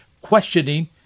questioning